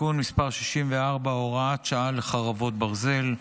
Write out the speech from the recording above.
(תיקון מס' 64, הוראת שעה, חרבות ברזל),